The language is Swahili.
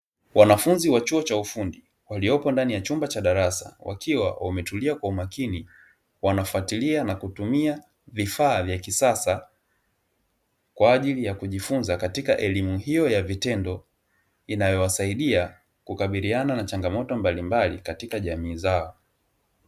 Wanafunzi wa chuo cha ufundi waliopo ndani ya darasa, wakiwa wametulia kwa umakini wanafatilia na kutumia vifaa vya kisasa, Kwa ajili ya kujifunza katika elimu hiyo ya vitendo, inayowasaidia kukabiliana na changamoto mbalimbali katika jamii zao.